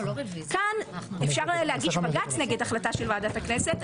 כאן אפשר להגיש בג"ץ נגד החלטה של ועדת הכנסת,